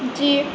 जीउ